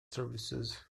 services